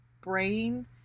brain